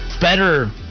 better